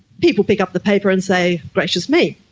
people pick up the paper and say gracious me,